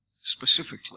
specifically